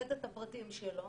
לתת את הפרטים שלו,